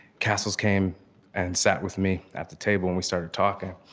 cassils came and sat with me at the table, and we started talking.